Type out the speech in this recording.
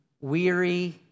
weary